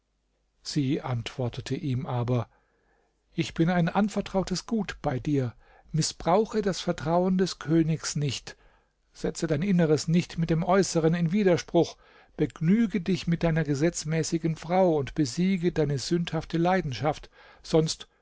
sie antwortete ihm aber ich bin ein anvertrautes gut bei dir mißbrauche das vertrauen des königs nicht setze dein inneres nicht mit dem äußeren in widerspruch begnüge dich mit deiner gesetzmäßigen frau und besiege deine sündhafte leidenschaft sonst